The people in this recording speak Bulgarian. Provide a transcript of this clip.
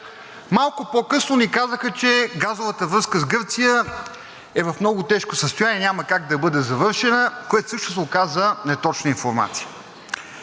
Малко по-късно ни казаха, че газовата връзка с Гърция е в много тежко състояние, няма как да бъде завършена, което също се оказа неточна информация.